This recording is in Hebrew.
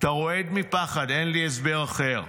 אתה רועד מפחד, אין לי הסבר אחר.